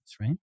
right